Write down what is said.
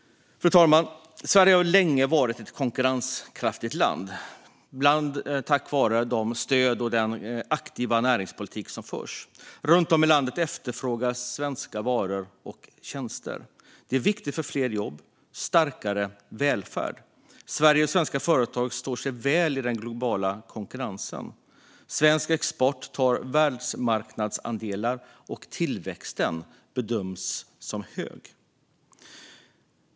Fru talman! Sverige har länge varit ett konkurrenskraftigt land, bland annat tack vare de stöd som ges och den aktiva näringspolitik som förs. Runt om i världen efterfrågas svenska varor och tjänster. Det är viktigt för fler jobb och en starkare välfärd. Sverige och svenska företag står sig väl i den globala konkurrensen. Svensk export tar världsmarknadsandelar, och tillväxten bedöms vara hög.